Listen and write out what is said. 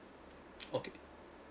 okay